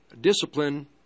discipline